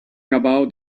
about